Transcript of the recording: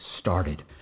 started